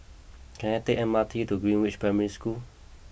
can I take M R T to Greenridge Primary School